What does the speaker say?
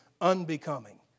unbecoming